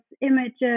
images